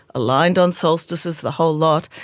aligned on solstices, the whole lot,